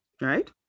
Right